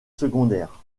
secondaires